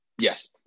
Yes